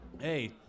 hey